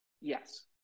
yes